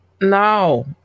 no